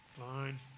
Fine